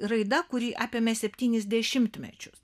raida kuri apėmė septynis dešimtmečius